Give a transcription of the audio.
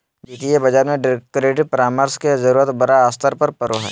वित्तीय बाजार में क्रेडिट परामर्श के जरूरत बड़ा स्तर पर पड़ो हइ